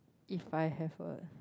if I have a